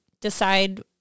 Decide